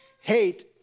Hate